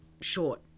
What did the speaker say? short